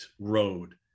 road